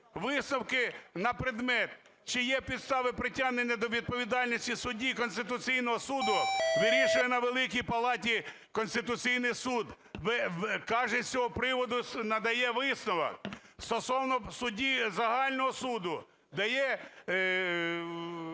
Висновки на предмет, чи є підстави притягнення до відповідальності судді Конституційного Суду, вирішує на Великій палаті Конституційний Суд, каже, з цього приводу надає висновок. Стосовно судді загального суду дає